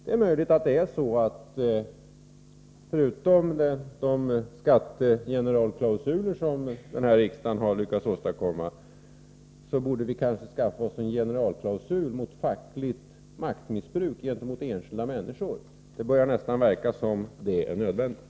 Det är möjligt att vi, förutom de skattegeneralklausuler som riksdagen har lyckats åstadkomma, borde skaffa oss en generalklausul mot fackligt maktmissbruk gentemot enskilda människor. Det börjar nästan verka som om det är nödvändigt.